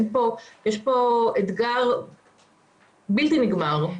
יש כאן אתגר בלתי נגמר.